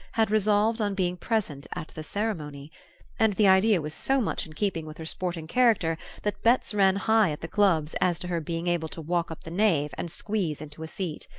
had resolved on being present at the ceremony and the idea was so much in keeping with her sporting character that bets ran high at the clubs as to her being able to walk up the nave and squeeze into a seat.